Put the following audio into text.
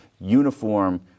uniform